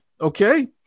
okay